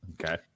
Okay